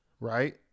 Right